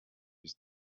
his